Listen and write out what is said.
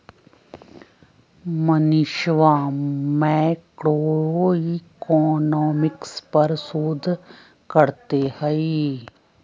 मनीषवा मैक्रोइकॉनॉमिक्स पर शोध करते हई